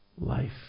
life